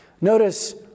Notice